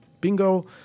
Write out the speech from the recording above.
Bingo